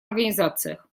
организациях